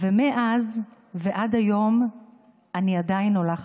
ומאז ועד היום אני עדיין עולה חדשה.